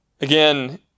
Again